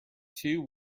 two